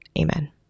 amen